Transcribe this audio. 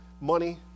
money